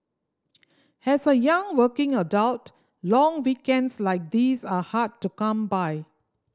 has a young working adult long weekends like these are hard to come by